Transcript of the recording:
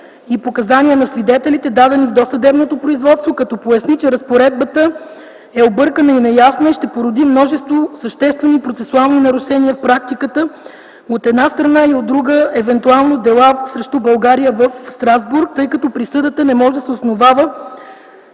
и показания на свидетелите, дадени в досъдебното производство, като поясни, че разпоредбата е объркана и неясна и ще породи множество съществени процесуални нарушения в практиката, от една страна, а от друга – евентуално дела срещу България в Страсбург, тъй като присъдата не може да се основава